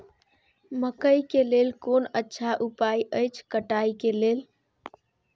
मकैय के लेल कोन अच्छा उपाय अछि कटाई के लेल?